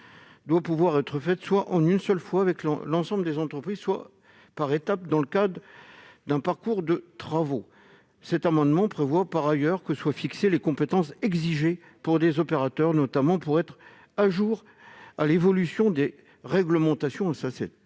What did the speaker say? doivent pouvoir être réalisés soit en une seule fois par un ensemble d'entreprises, soit par étapes dans le cadre d'un parcours de travaux. L'amendement tend par ailleurs à prévoir que soient fixées les compétences exigées des opérateurs, notamment pour être à jour de l'évolution des réglementations en